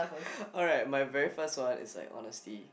alright my very first one is like honestly